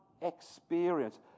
experience